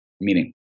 meaning